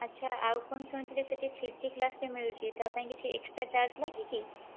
ଆଚ୍ଛା ଆଉ କ'ଣ ଶୁଣିଥିଲି ସେଠି ଥ୍ରୀ ଡ଼ି ଗ୍ଲାସ ବି ମିଳୁଛି ତାପାଇଁ କିଛି ଏକ୍ସଟ୍ରା ଚାର୍ଜ ଲାଗେକି